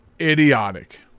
idiotic